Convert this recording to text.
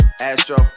Astro